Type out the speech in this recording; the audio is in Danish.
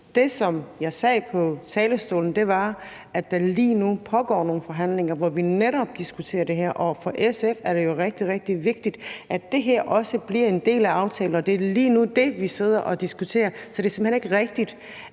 Det, som jeg sagde på talerstolen, var, at der lige nu pågår nogle forhandlinger, hvor vi netop diskuterer det her. For SF er det jo rigtig, rigtig vigtigt, at det her også bliver en del af aftalen, og det er det, vi lige nu sidder og diskuterer. Så det er simpelt hen ikke rigtigt,